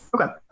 Okay